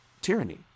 tyranny